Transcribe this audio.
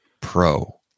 pro